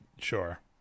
Sure